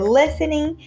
listening